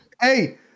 hey